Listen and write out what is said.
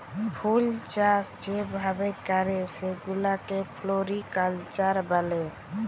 ফুলচাষ যে ভাবে ক্যরে সেগুলাকে ফ্লরিকালচার ব্যলে